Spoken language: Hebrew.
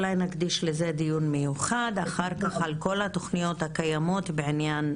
אולי נקדיש לזה דיון מיוחד על כל התוכניות שקיימות בעניין